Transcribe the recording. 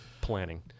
planning